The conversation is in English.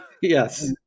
Yes